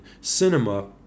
cinema